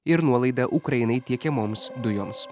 ir nuolaidą ukrainai tiekiamoms dujoms